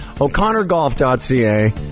O'ConnorGolf.ca